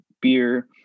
beer